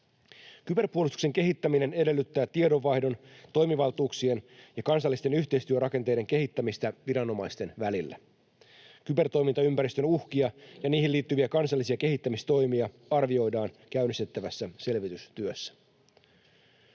Kyberpuolustuksen kehittäminen edellyttää tiedonvaihdon, toimivaltuuksien ja kansallisten yhteistyörakenteiden kehittämistä viranomaisten välillä. Kybertoimintaympäristön uhkia ja niihin liittyviä kansallisia kehittämistoimia arvioidaan käynnistettävässä selvitystyössä.